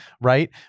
Right